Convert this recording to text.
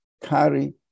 carry